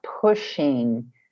pushing